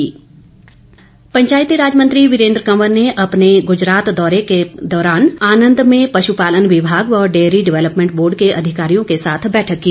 वीरेन्द्र कंवर पंचायतीराज मंत्री वीरेन्द्र कंवर ने अपने गुजरात दौरे के दौरान आनंद में पश् पालन विभाग व डेयरी डवेल्पमेंट बोर्ड के अधिकारियों के साथ बैठक की